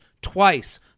twice